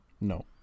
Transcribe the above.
No